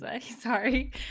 sorry